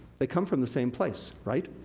they come from the same place, right.